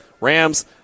Rams